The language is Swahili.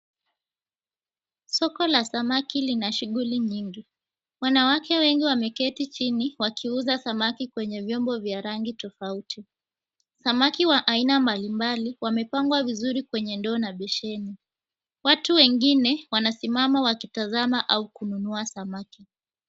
Soko la samaki lina shughuli nyingi. Wanawake wengi wameketi chini, wakiuza samaki kwenye vyombo vya rangi tofauti. Samaki wa aina mbali mbali, wamepangwa vizuri kwenye ndoo na besheni. Watu wengine wanasimama wakitazama au kununua samaki.